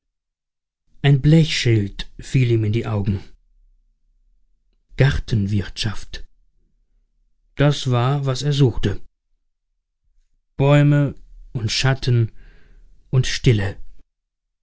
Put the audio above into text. ein blechschild fiel ihm in die augen gartenwirtschaft das war was er suchte bäume und schatten und stille